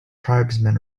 tribesmen